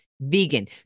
vegan